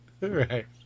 Right